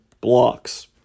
blocks